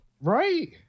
Right